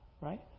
Right